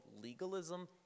legalism